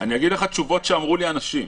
אני אגיד לך תשובות שנתנו לי אנשים.